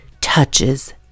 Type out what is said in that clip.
touches